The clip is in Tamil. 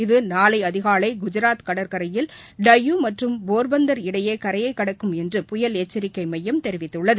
இது நாளை அதிகாலை குஜராத் கடற்கரையில் டையூ மற்றும் போர்பந்தர் இடையே கரையை கடக்கும் என்று புயல் எச்சரிக்கை மையம் தெிவித்துள்ளது